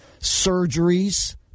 surgeries